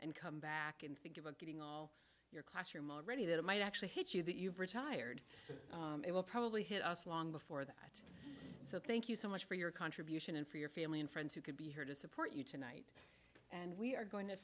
and come back and think about getting all your classroom already that it might actually hit you that you've retired it will probably hit us long before that so thank you so much for your contribution and for your family and friends who could be here to support you tonight and we are going to